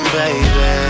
baby